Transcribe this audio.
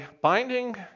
binding